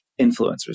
influencers